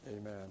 amen